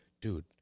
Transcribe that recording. dude